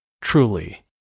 truly